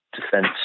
Defense